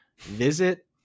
visit